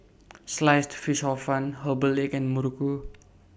Sliced Fish Hor Fun Herbal Egg and Muruku